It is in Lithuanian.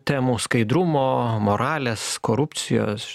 temų skaidrumo moralės korupcijos